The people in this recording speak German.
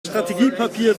strategiepapier